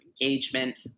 engagement